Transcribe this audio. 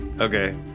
Okay